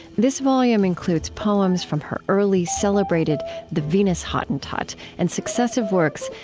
this volume includes poems from her early celebrated the venus hottentot and successive works.